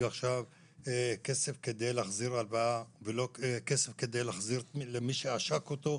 עכשיו כסף כדי להחזיר הלוואה למי שעשק אותו,